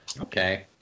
okay